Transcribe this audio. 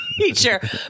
teacher